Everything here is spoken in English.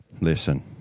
listen